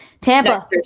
Tampa